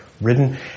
written